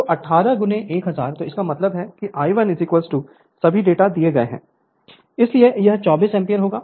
तो 18 1000 तो इसका मतलब है कि I 1 सभी डेटा दिए गए हैं इसलिए यह 24 एम्पीयर होगा